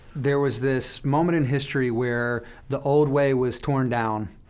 there was this moment in history where the old way was torn down,